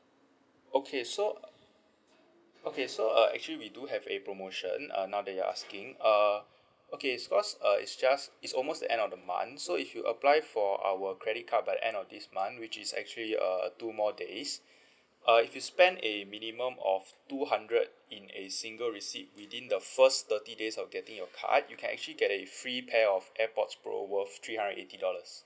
okay so okay so uh actually we do have a promotion uh now that you asking uh okay because uh it's just it's almost the end of the month so if you apply for our credit card by the end of this month which is actually uh two more days uh if you spend a minimum of two hundred in a single receipt within the first thirty days of getting your card you can actually get a free pair of airpods pro worth three hundred eighty dollars